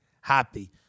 happy